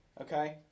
Okay